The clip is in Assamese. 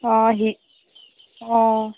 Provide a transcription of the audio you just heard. অ অ